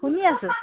শুনি আছোঁ